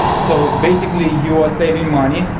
so basically you're saving money,